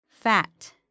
Fat